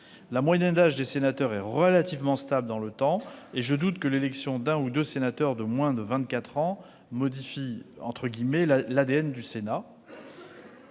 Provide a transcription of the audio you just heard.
La moyenne d'âge des sénateurs est relativement stable dans le temps, et je doute que l'élection d'un ou deux sénateurs de moins de vingt-quatre ans modifie « l'ADN » du Sénat.